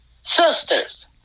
Sisters